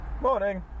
Morning